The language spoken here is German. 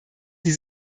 die